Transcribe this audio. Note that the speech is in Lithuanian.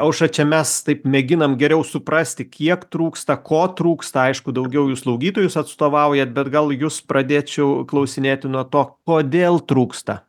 aušra čia mes taip mėginam geriau suprasti kiek trūksta ko trūksta aišku daugiau jūs slaugytojus atstovaujat bet gal jus pradėčiau klausinėti nuo to kodėl trūksta